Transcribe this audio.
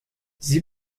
sie